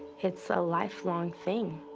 it's a lifelong thing.